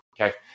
Okay